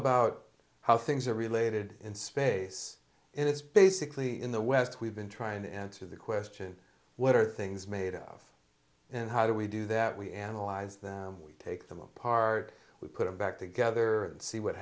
about how things are related in space and it's basically in the west we've been trying to answer the question what are things made of and how do we do that we analyze them we take them apart we put them back together and see what